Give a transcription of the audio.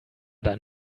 dann